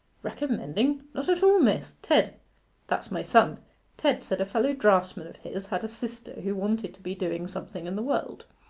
recommending? not at all, miss. ted that's my son ted said a fellow-draughtsman of his had a sister who wanted to be doing something in the world,